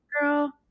girl